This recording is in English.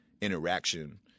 interaction